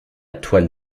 toile